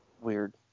weird